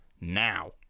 now